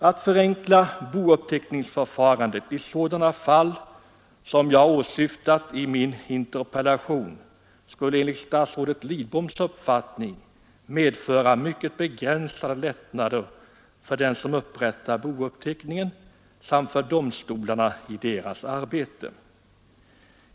Att förenkla bouppteckningsförfarandet i sådana fall som jag åsyftat i min interpellation skulle enligt statsrådet Lidboms uppfattning medföra mycket begränsade lättnader för den som upprättar bouppteckningen samt för domstolarna i deras arbete.